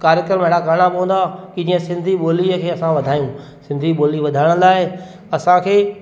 कार्यक्रम अहिड़ा करिणा पवंदा कि जीअं सिंधी ॿोलीअ खे असां वधायूं सिंधी ॿोली वधाइण लाइ असांखे